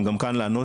הם גם כאן לענות,